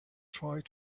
tried